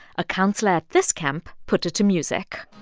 a counselor at this camp put it to music